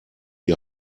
die